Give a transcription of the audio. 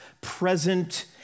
present